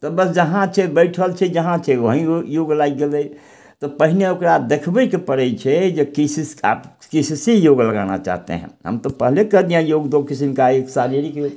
तऽ बस जहाँ छै बैठल छै जहाँ छै वही योग लागि गेलय तऽ पहिने ओकरा देखबयके पड़य छै जे किस आप किससे योग लगाना चाहते हैं हम तो पहले कह दिए हैं योग दो किसिम का एक शारीरिक योग